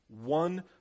One